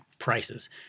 prices